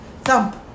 thump